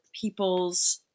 people's